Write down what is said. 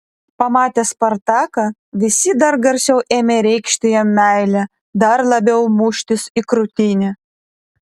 pamatę spartaką visi dar garsiau ėmė reikšti jam meilę dar labiau muštis į krūtinę